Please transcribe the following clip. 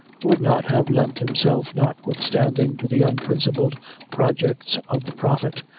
would not have lent himself, notwithstanding, to the unprincipled projects of the prophet,